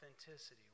authenticity